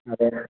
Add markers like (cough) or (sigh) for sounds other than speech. ಅದೇ (unintelligible)